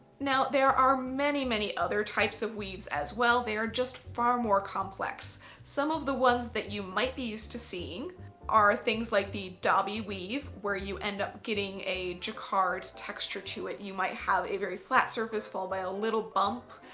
now there are many many other types of weaves as well. they are just far more complex. some of the ones that you might be used to seeing are things like the dobby weave where you end up getting a jacquard texture to it. you might have a very flat surface followed by a little bump.